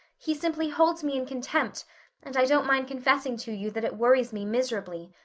he simply holds me in contempt and i don't mind confessing to you that it worries me miserably.